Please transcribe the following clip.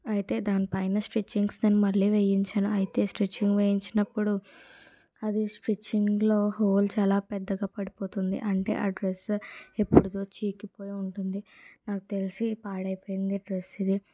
అయితే దానిపైన స్టిచ్చింగ్స్ నేను మళ్ళీ వేయించాను అయితే స్టిచ్చింగ్ వేయించినప్పుడు అది స్టిచ్చింగ్లో హోల్స్ చాలా పెద్దగా పడిపోతుంది అంటే ఆ డ్రెస్ ఎప్పటిదో చీకిపోయి ఉంటుంది నాకు తెలిసి పాడైపోయింది డ్రెస్ ఇది